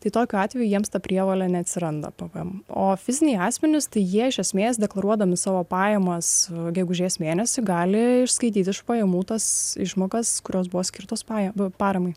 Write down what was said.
tai tokiu atveju jiems ta prievolė neatsiranda pavojams o fiziniai asmenys tai jie iš esmės deklaruodami savo pajamas gegužės mėnesį gali išskaityti iš pajamų tas išmokas kurios buvo skirtos pajams paramai